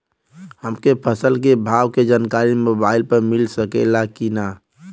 हमके फसल के भाव के जानकारी मोबाइल पर मिल सकेला की ना?